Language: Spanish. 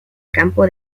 campo